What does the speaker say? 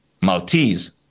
Maltese